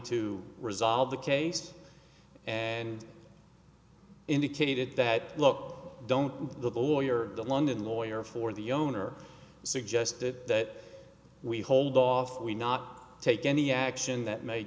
to resolve the case and indicated that look don't the lawyer the london lawyer for the owner suggested that we hold off we not take any action that may